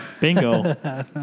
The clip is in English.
Bingo